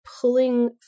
pulling